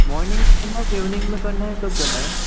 morning में करना है कि इवनिंग में करना है कब करना है